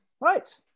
Right